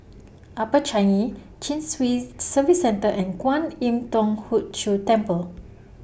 Upper Changi Chin Swee Service Centre and Kwan Im Thong Hood Cho Temple